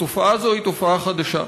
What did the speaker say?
התופעה הזאת היא תופעה חדשה.